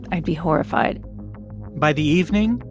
i'd be horrified by the evening.